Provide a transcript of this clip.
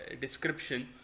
description